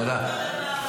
תודה.